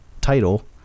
title